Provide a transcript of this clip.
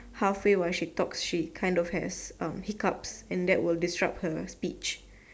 halfway while she talks she kind of has um hiccups and that will disrupt her speech